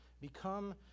Become